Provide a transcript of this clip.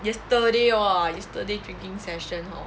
yesterday !wah! yesterday drinking session hor